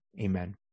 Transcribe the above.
Amen